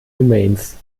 domains